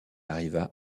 arriva